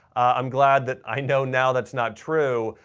i'm glad that i know now that's not true,